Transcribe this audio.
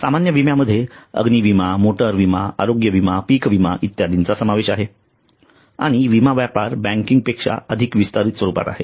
सामान्य विम्यामध्ये अग्नि विमा मोटर विमा आरोग्य विमा पीक विमा इत्यादींचा समावेश आहे आणि विमा व्यापार बँकिंग पेक्षा अधिक विस्तारित स्वरूपात आहे